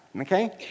okay